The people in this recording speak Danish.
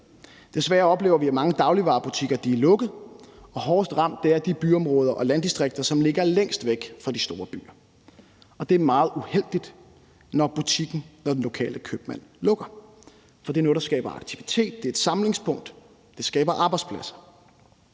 Desværre oplever vi, at mange dagligvarebutikker er lukket, og hårdest ramt er de byområder og landdistrikter, som ligger længst væk fra de store byer. Det er meget uheldigt, når butikken eller den lokale købmand lukker, for det er noget, der skaber aktivitet. Det er et samlingspunkt, og det skaber arbejdspladser.